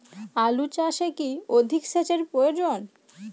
আলু চাষে কি অধিক সেচের প্রয়োজন?